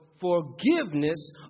forgiveness